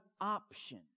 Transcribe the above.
option